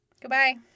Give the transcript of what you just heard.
Goodbye